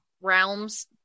realms